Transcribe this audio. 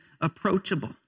approachable